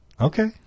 Okay